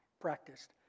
practiced